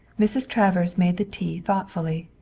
mrs. travers made the tea thoughtfully.